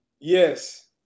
Yes